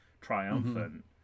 triumphant